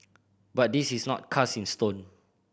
but this is not cast in stone